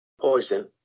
Poison